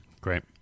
Great